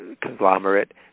conglomerate